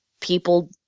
people